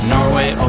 Norway